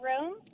room